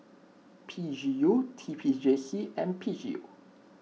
P G U T P J C and P G U